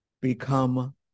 become